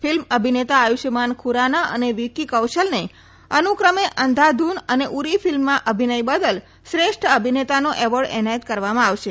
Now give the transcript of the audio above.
film અભિનેતા આયુષ્માન ખુરાના અને વિક્કી કૌશલને અનુક્રમે અંધધૂન અને ઉરી ફિલ્મમાં અભિનય બદલ શ્રેષ્ઠ અભિનેતાનો એવોર્ડ એનાયત કરવામાં આવશે